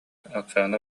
оксана